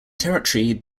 territory